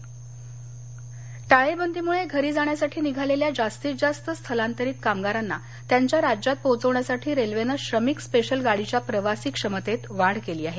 railway टाळेबंदीमुळे घरी जाण्यासाठी निघालेल्या जास्तीत जास्त स्थलांतरित कामगारांना त्यांच्या राज्यात पोहोचवण्यासाठी रेल्वेनं श्रमिक स्पेशल गाडीतील प्रवासी क्षमतेत वाढ केली आहे